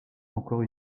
encore